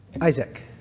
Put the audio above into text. Isaac